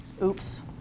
Oops